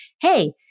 hey